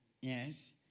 Yes